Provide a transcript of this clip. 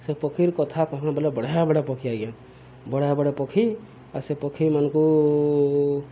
ସେ ପକ୍ଷୀର୍ କଥା କହେମା ବେଲେ ବଢ଼େ ବଢ଼େ ପକ୍ଷୀ ଆଜ୍ଞା ବଢ଼େ ବଢ଼େ ପକ୍ଷୀ ଆଉ ସେ ପକ୍ଷୀମାନ୍କୁ